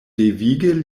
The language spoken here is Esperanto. devige